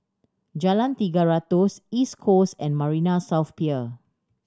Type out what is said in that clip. Jalan Tiga Ratus East Coast and Marina South Pier